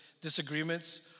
disagreements